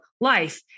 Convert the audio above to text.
life